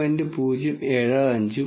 075 ഉം y 1